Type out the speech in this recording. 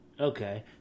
Okay